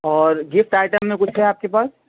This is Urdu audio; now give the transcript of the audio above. اور گفٹ آئٹم میں کچھ ہے آپ کے پاس